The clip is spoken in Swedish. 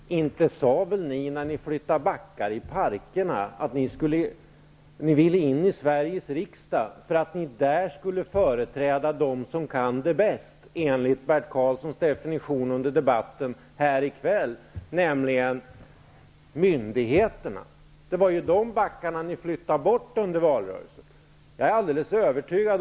Herr talman! Jag kan inte undvika att ställa en fråga till Bert Karlsson. När ni flyttade backar i parkerna sade ni väl inte att ni ville in i Sveriges riksdag för att ni där skulle företräda dem som kan det bäst -- enligt Bert Karlssons definition i debatten här i kväll --, nämligen myndigheterna? Det var ju de backarna som ni flyttade bort under valrörelsen.